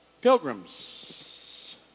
Pilgrims